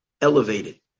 elevated